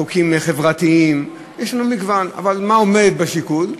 חוקים חברתיים, יש לנו מגוון, אבל מה עומד בשיקול?